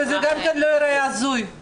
זה גם לא ייראה הזוי.